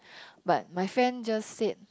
but my friend just said